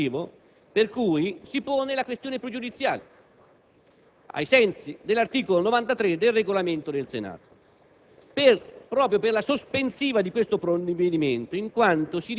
Questo è il motivo per cui si pone la questione pregiudiziale, ai sensi dell'articolo 93 del Regolamento del Senato,